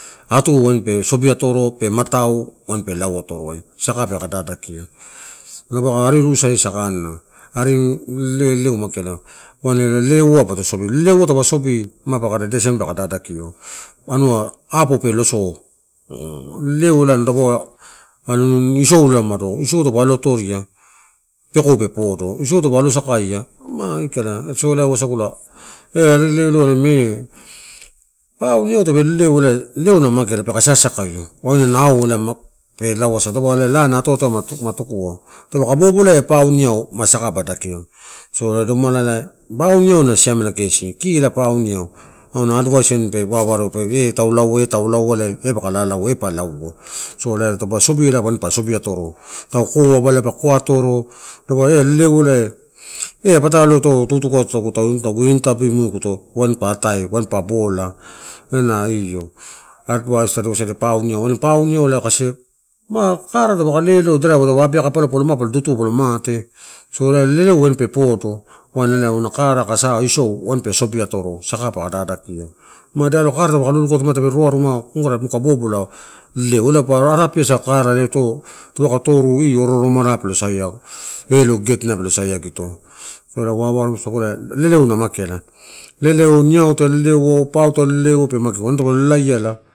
Atu wain pe sobi atoro pe matau wain pe lau atoroai, saka peka dadakia. Dapa ari irusa na saka na. Ari leleu mageala wain leleuai poto sobi. Leleuai taupe sobi, ma paka dadakkio anua, apou pe loso leleu dapa alon isoula mado. Isou taupe lo atoria pekou pe podo, isou taupe alo sakaia, ma aikala, wasagula eh leleu, eme. Pau niau tape leleuo ela mageala peka sasakaio wain auna aupe lau asau. Dapa lao ena ato atoai ma tukua. Taupaka babolaia pau, niau ma saka badake. So domalalai bau, niau auna advice wain pe wawareoela eh taulau eh taulau, elai eh paka lalaua, pa lauo. Solaue tauba sobi atoro, tau kouba pa koa atoro dapau eh leleu, elai en patalo atoro tuktuk eguto intapimuaeguto wain pa utai, wain pa bola elana io advice, tadi wasadia pau, niau. Wainpau, niau kasi, ma kara taupaka leleu driver. Taupa abeaka palopalo madipolo dutuo mapalo mate. So, wain leleu elape podo wain elai auna kara aka sa, isou wain pea sobi atoro, saka pa dadakio. Ma da alo kara taupaka lulukauto matape roroaru ma mukada muka bobo leleu. Pa arapiasa kara ito tadika toru kara itoi oro oromalai pelo saia elo gegetinai pe saiagito. So ela wawareo sagu leleu na mageala. Leleu, niau ta leleuo, pau ta leleuo magea wain taupolo lalaiala.